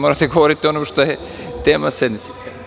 Morate da govorite o onome što je tema sednice.